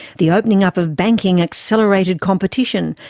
the opening up of banking accelerated competition,